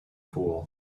pool